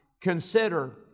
Consider